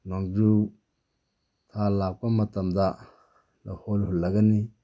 ꯅꯣꯡꯖꯨ ꯊꯥ ꯂꯥꯛꯄ ꯃꯇꯝꯗ ꯂꯧꯍꯣꯜ ꯍꯨꯜꯂꯒꯅꯤ